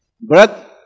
Breath